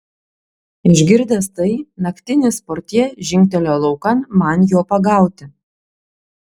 išgirdęs tai naktinis portjė žingtelėjo laukan man jo pagauti